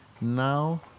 now